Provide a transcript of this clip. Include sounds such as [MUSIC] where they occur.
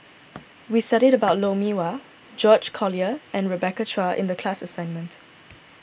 [NOISE] we studied about Lou Mee Wah George Collyer and Rebecca Chua in the class assignment